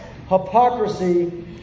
hypocrisy